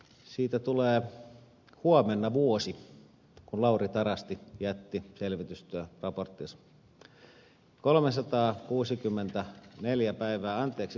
siitä tulee huomenna vuosi kun lauri tarasti jätti selvitystyö raportissa kolmesataakuusikymmentä neljä päivää selvitystyöraporttinsa